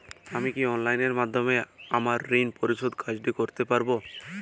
আমি কি অনলাইন মাধ্যমে আমার ঋণ পরিশোধের কাজটি করতে পারব?